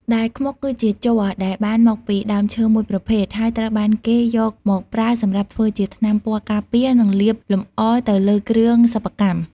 ដែលខ្មុកគឺជាជ័រដែលបានមកពីដើមឈើមួយប្រភេទ ហើយត្រូវបានគេយកមកប្រើសម្រាប់ធ្វើជាថ្នាំពណ៌ការពារ និងលាបលម្អទៅលើគ្រឿងសិប្បកម្ម។